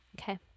Okay